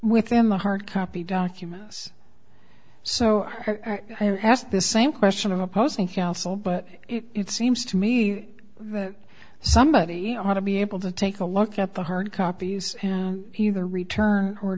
within the hard copy documents so i asked this same question of opposing counsel but it seems to me that somebody ought to be able to take a look at the hard copies of the returns or